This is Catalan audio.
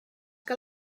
que